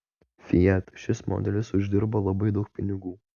fiat šis modelis uždirbo labai daug pinigų